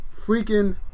Freaking